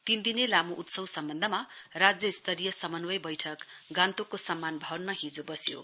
तीनदिने लामो उत्सव सम्बन्धमा राज्य स्तरीय समन्वय बैठक गान्तोकको सम्मान भवनमा हिजो बस्यो